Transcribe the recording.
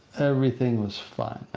everything was fun.